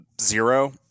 zero